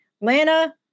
Lana